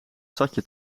stadje